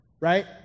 right